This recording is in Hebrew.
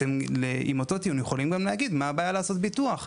אתם יכולים עם אותו הטיעון לבוא ולהגיד: מה הבעיה לעשות ביטוח?